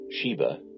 Sheba